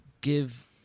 give